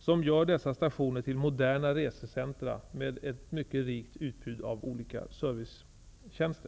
Det gör dessa stationer till moderna resecentra med ett mycket rikt utbud av olika servicetjänster.